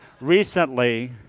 recently